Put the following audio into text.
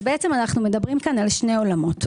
שני עולמות,